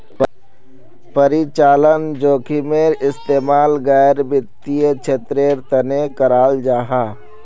परिचालन जोखिमेर इस्तेमाल गैर वित्तिय क्षेत्रेर तनेओ कराल जाहा